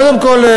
קודם כול,